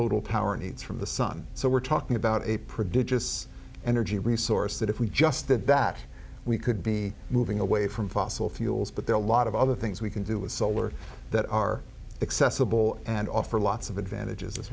total power needs from the sun so we're talking about a prodigious energy resource that if we just did that we could be moving away from fossil fuels but there are a lot of other things we can do with solar that are accessible and offer lots of advantages as